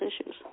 issues